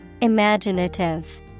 Imaginative